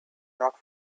not